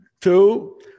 two